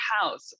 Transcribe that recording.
house